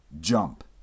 Jump